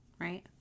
right